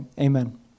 amen